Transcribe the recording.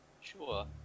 Sure